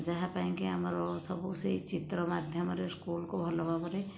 ଯାହାପାଇଁ କି ଆମର ସବୁ ସେଇ ଚିତ୍ର ମାଧ୍ୟମରେ ସ୍କୁଲକୁ ଭଲ ଭାବରେ